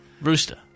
Rooster